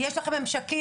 יש לכם ממשקים,